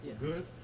good